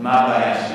מה הבעיה שם?